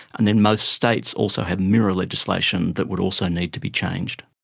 and then most states also have mirror legislation that would also need to be changed.